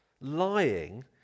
Lying